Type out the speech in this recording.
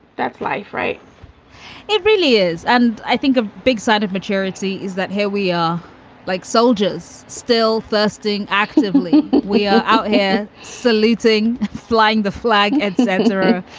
that's life, right it really is. and i think a big sign of maturity is that here we are like soldiers still thirsting actively. we are out here saluting, flying the flag, etc.